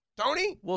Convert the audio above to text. Tony